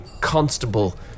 constable